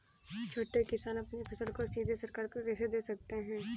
छोटे किसान अपनी फसल को सीधे सरकार को कैसे दे सकते हैं?